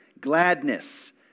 gladness